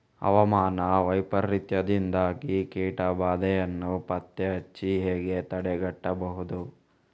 ಹವಾಮಾನ ವೈಪರೀತ್ಯದಿಂದಾಗಿ ಕೀಟ ಬಾಧೆಯನ್ನು ಪತ್ತೆ ಹಚ್ಚಿ ಹೇಗೆ ತಡೆಗಟ್ಟಬಹುದು?